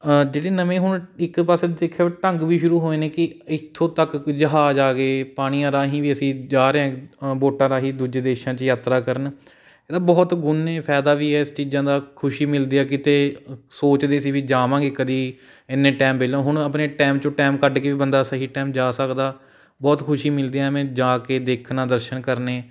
ਅ ਜਿਹੜੀ ਨਵੀਂ ਹੁਣ ਇੱਕ ਪਾਸੇ ਦੇਖਿਆ ਢੰਗ ਵੀ ਸ਼ੁਰੂ ਹੋਏ ਨੇ ਕਿ ਇੱਥੋਂ ਤੱਕ ਕਿ ਜਹਾਜ ਆ ਗਏ ਪਾਣੀਆਂ ਰਾਹੀਂ ਵੀ ਅਸੀਂ ਜਾ ਰਹੇ ਬੋਟਾਂ ਰਾਹੀਂ ਦੂਜੇ ਦੇਸ਼ਾਂ 'ਚ ਯਾਤਰਾ ਕਰਨ ਇਹਦਾ ਬਹੁਤ ਗੁਣ ਨੇ ਫਾਇਦਾ ਵੀ ਹੈ ਇਸ ਚੀਜ਼ਾਂ ਦਾ ਖੁਸ਼ੀ ਮਿਲਦੀ ਹੈ ਕਿਤੇ ਸੋਚਦੇ ਸੀ ਵੀ ਜਾਵਾਂਗੇ ਕਦੀ ਇੰਨੇ ਟਾਇਮ ਪਹਿਲਾਂ ਹੁਣ ਆਪਣੇ ਟਾਇਮ 'ਚੋਂ ਟਾਇਮ ਕੱਢ ਕੇ ਵੀ ਬੰਦਾ ਸਹੀ ਟਾਇਮ ਜਾ ਸਕਦਾ ਬਹੁਤ ਖੁਸ਼ੀ ਮਿਲਦੀ ਹੈ ਐਵੇਂ ਜਾ ਕੇ ਦੇਖਣਾ ਦਰਸ਼ਨ ਕਰਨੇ